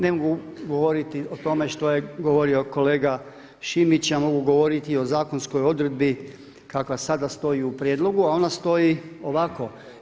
Ne mogu govoriti o tome što je govorio kolega Šimić, ja mogu govoriti o zakonskoj odredbi kakva sada stoji u prijedlogu a ona stoji ovako.